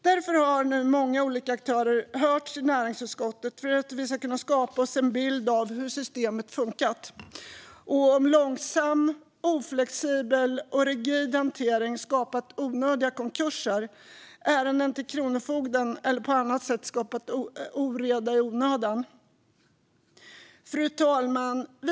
Därför har nu många olika aktörer hörts i näringsutskottet för att vi skulle kunna skapa oss en bild av hur systemet funkat och om långsam, oflexibel och rigid hantering skapat onödiga konkurser och ärenden till kronofogden eller på annat sätt skapat oreda i onödan. Fru talman!